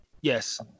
Yes